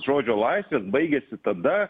žodžio laisvės baigiasi tada